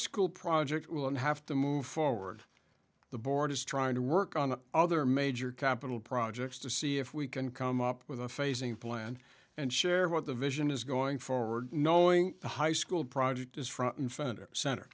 school project will and have to move forward the board is trying to work on other major capital projects to see if we can come up with a phasing plan and share what the vision is going forward knowing the high school project